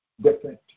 different